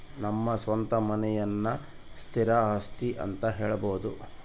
ನಮ್ಮ ಸ್ವಂತ ಮನೆಯನ್ನ ಸ್ಥಿರ ಆಸ್ತಿ ಅಂತ ಹೇಳಬೋದು